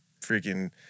freaking